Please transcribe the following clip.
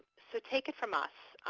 so take it from us.